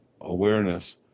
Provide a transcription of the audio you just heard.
awareness